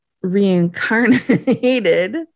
reincarnated